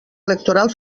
electoral